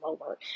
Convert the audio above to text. lower